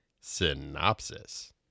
Synopsis